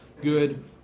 good